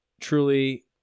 truly